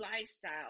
lifestyle